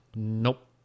Nope